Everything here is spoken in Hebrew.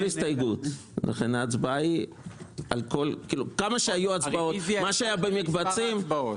השאלה אם האופוזיציה בתוך הממשלה או זו שמחוצה לה.